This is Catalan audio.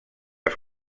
els